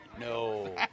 no